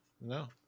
no